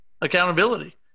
accountability